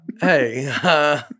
Hey